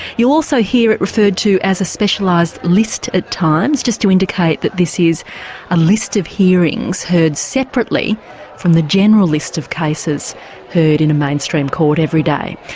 you'll also hear it referred to as a specialised list at times, just to indicate that this is a list of hearings heard separately from the general list of cases heard in a mainstream court every day.